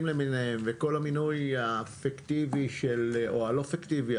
למיניהם וכל המינוי הפיקטיבי או הלא פיקטיבי,